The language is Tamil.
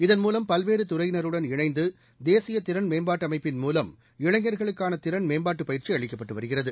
இதன் மூவம் பல்வேறு துறையினருடன் இணைந்து தேசிய திறன் மேம்பாட்டு அமைப்பின் மூலம் இளைஞர்களுக்கான திறன் மேம்பாட்டுப் பயிற்சி அளிக்கப்பட்டு வருகிறது